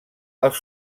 als